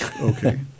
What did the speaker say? Okay